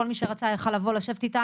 כל מי שרצה יכול היה לבוא ולשבת איתה,